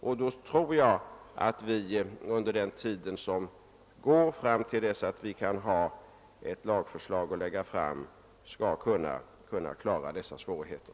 Under den tid som förflyter fram till dess att vi kan lägga fram ett lagförslag tror jag att vi skall kunna klara dessa svårigheter.